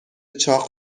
چاق